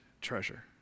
treasure